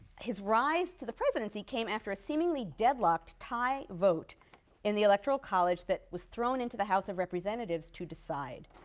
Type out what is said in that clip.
his rise to the presidency came after a seemingly deadlocked tie vote in the electoral college that was thrown into the house of representatives to decide.